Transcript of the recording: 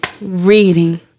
Reading